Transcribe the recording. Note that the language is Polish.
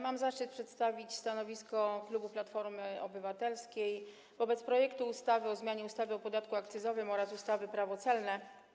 Mam zaszczyt przedstawić stanowisko klubu Platformy Obywatelskiej wobec projektu ustawy o zmianie ustawy o podatku akcyzowym oraz ustawy Prawo celne.